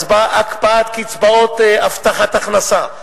הקפאת קצבאות הבטחת הכנסה,